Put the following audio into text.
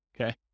okay